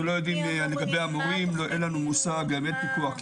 אנחנו לא יודעים לגבי המורים ואין לנו פיקוח כמעט.